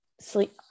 sleep